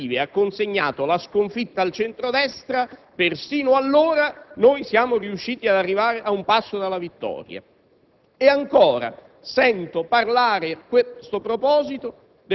persino quando uno smottamento elettorale alle elezioni amministrative ha consegnato la sconfitta al centro-destra, persino allora noi siamo riusciti ad arrivare a un passo dalla vittoria.